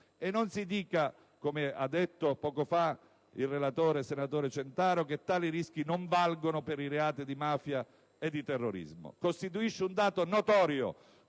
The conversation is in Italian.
E non si dica, come ha fatto poco fa il relatore, senatore Centaro, che tali rischi non valgono per i reati di mafia e terrorismo. Costituisce un dato notorio